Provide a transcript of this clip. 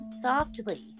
softly